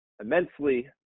immensely